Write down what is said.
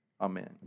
Amen